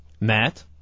Matt